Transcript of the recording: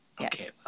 Okay